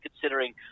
considering